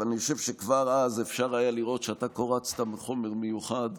אבל אני חושב שכבר אז אפשר היה לראות שאתה קורצת מחומר מיוחד,